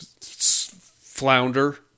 flounder